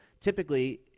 typically